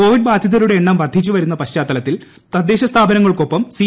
Covid ബാധിതരുടെ എണ്ണം വർധിച്ചുവരുന്ന പശ്ചാത്തലത്തിൽ തദ്ദേശഭരണ സ്ഥാപനങ്ങൾക്കൊപ്പം സി